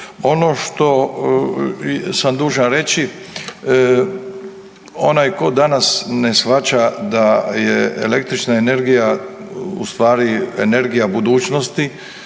Ono što sam dužan reći, onaj tko danas ne shvaća da je električna energija ustvari energija budućnosti,